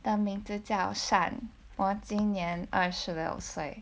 的名字叫姗我今年二十六岁